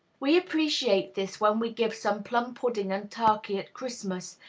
we appreciate this when we give some plum-pudding and turkey at christmas,